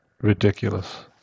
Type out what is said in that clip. ridiculous